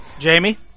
Jamie